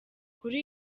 kuri